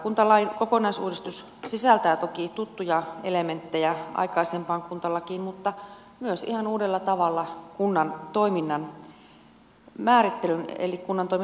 kuntalain kokonaisuudistus sisältää toki tuttuja elementtejä aikaisemmasta kuntalaista mutta myös ihan uudella tavalla kunnan toiminnan määrittelyn eli kun antoi